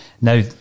Now